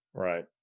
Right